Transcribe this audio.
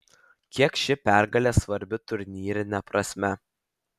kiek ši pergalė svarbi turnyrine prasme